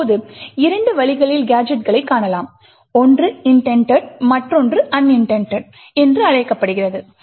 இப்போது இரண்டு வழிகளில் கேஜெட்களைக் காணலாம் ஒன்று இன்டெண்டெட் என்றும் மற்றொன்று அன்இன்டெண்டெட் என்றும் அழைக்கப்படுகிறது